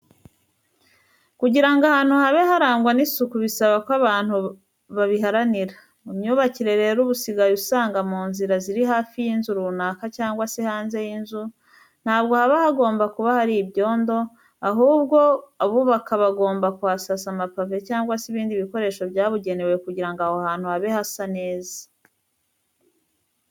Kugira ngo ahantu habe harangwa n'isuku bisaba ko abantu babiharanira. Mu myubakire rero ubu usigaye usanga mu nzira ziri hafi y'inzu runaka cyangwa se hanze y'inzu ntabwo haba hagomba kuba hari ibyondo, ahubwo abubaka bagumba kuhasasa amapave cyangwa se ibindi bikoresho byabugenewe kugirango aho hantu habe hasa neza.